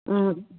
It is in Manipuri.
ꯎꯝ